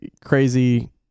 crazy